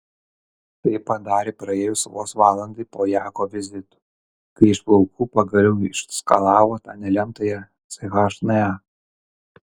tai padarė praėjus vos valandai po jako vizito kai iš plaukų pagaliau išskalavo tą nelemtąją chna